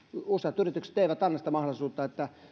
useat yritykset eivät anna mahdollisuutta että